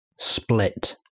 Split